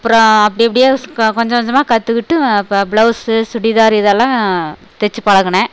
அப்புறோம் அப்படி அப்படியே ஸ் கொஞ்ச கொஞ்சமா கற்றுக்கிட்டு இப்போ பிளவுஸு சுடிதாரு இதெல்லாம் தச்சு பழகினேன்